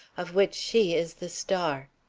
of which she is the star.